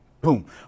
boom